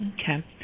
Okay